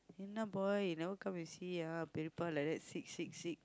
boy you never come and see ah like that sick sick sick